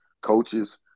coaches